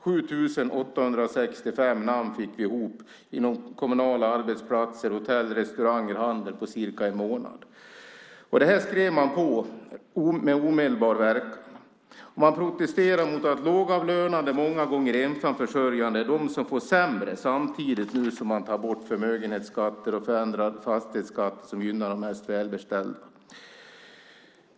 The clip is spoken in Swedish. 7 865 namn fick vi ihop inom kommunala arbetsplatser, hotell, restauranger och handel på cirka en månad. Det här skrev man på med omedelbar verkan. Man protesterade mot att lågavlönade, många gånger ensamförsörjande, är de som får det sämre, samtidigt som man tar bort förmögenhetsskatten och förändrar fastighetsskatten på ett sätt som gynnar de mest välbeställda.